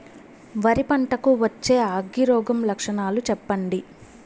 వరి పంట కు వచ్చే అగ్గి రోగం లక్షణాలు చెప్పండి?